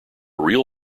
real